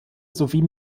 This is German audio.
sowie